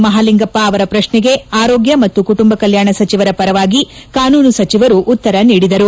ಮಹಾಲಿಂಗಪ್ಪ ಅವರ ಪ್ರಶ್ನೆಗೆ ಆರೋಗ್ಯ ಮತ್ತು ಕುಟುಂಬ ಕಲ್ಲಾಣ ಸಚಿವರ ಪರವಾಗಿ ಕಾನೂನು ಸಚಿವರು ಉತ್ತರ ನೀಡಿದರು